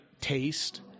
taste